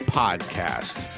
podcast